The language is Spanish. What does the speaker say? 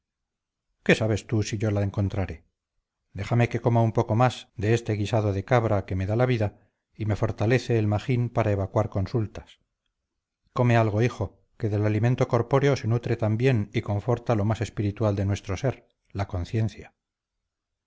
qué sabes tú si yo la encontraré déjame que coma un poco más de este guisado de cabra que me da la vida y me fortalece el magín para evacuar consultas come algo hijo que del alimento corpóreo se nutre también y conforta lo más espiritual de nuestro ser la conciencia